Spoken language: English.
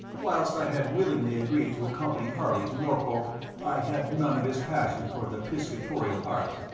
whilst i had willingly agreed to accompany harley to norfolk i had none of his passion for the piscatorial art,